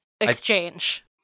exchange